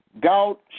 gout